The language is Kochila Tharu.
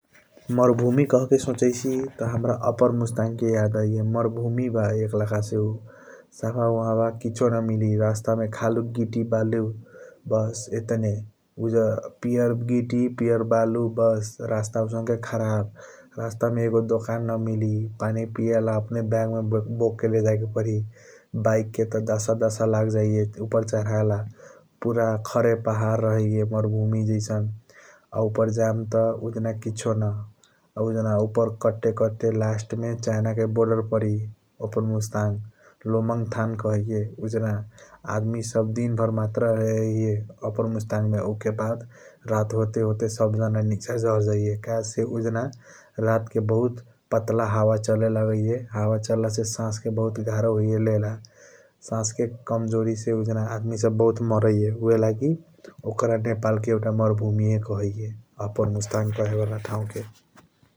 मर भूमी कहके सोचाईसी त हाम्रा उप्पार मुस्ताङ के याद आइय मर भूमि ब एकलख से उ साफ उहब किसीओ न मिली रास्ता मे किसियों न मिली । खाली गीति बालू बस यतने पियर गीति पियर बालू बस रास्ता आउसनके खरब रसता मे आउटों दोकन न मिली पानी पिया ला । अपने बाग मे बोक के लेजाके परी बाइक के त दासा दासा लग जाइया उप्पार चरहेला पूरा खरे पहाड़ रहैया मर भूमि जैसन आ उप्पार जाम त उजान किसियों ना । उजान उप्पार काटे काटे लस्त मे चाइन के बोर्डर परी उप्पार मुस्ताङ लोमन्थन कहैया उजान आदमी व्यर दिन भर मात्र रहैया उप्पार मुस्ताङ मे उके बाद रात होते होते सब जाना नीच झरजाइया । कहेसे उजान रात के बहुत पतला हावा चलेलागैया हावा चलाल से सस्स के बहुत गारो होई लेयला सस्स के कमजोरी से आदमी सब बहुत मरैया ऊहएलगी ओकर नेपाल के एउटा मरभूमि कहैया । उप्पार मुस्ताङ कहे वाला ठाऊ के ।